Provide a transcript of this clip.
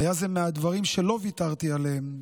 היה זה מהדברים שלא ויתרתי עליהם,